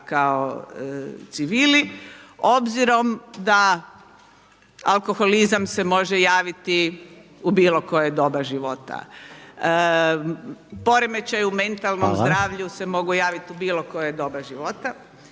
kao civili obzirom da alkoholizam se može javiti u bilo koje doba života. Poremećaj u mentalnom zdravlju se mogu javiti u bilo koje doba života.